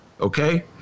okay